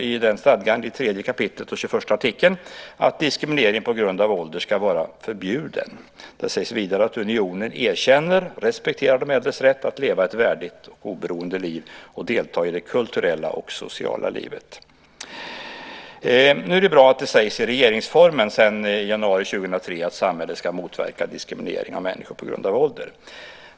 I den stadgan, kap. 3 artikel 21, står det att diskriminering på grund av ålder ska vara förbjuden. Där sägs vidare att unionen erkänner och respekterar de äldres rätt att leva ett värdigt oberoende liv och delta i det kulturella och sociala livet. Det är bra att det sägs i regeringsformen sedan 2003 att samhället ska motverka diskriminering av människor på grund av ålder.